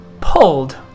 pulled